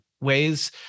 Ways